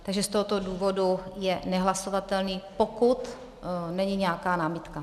Takže z tohoto důvodu je nehlasovatelný, pokud není nějaká námitka.